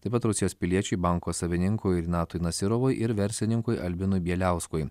taip pat rusijos piliečiui banko savininkui ignatui nasyrovui ir verslininkui albinui bieliauskui